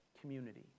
community